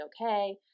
okay